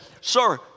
Sir